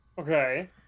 Okay